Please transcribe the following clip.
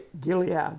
Gilead